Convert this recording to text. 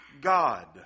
God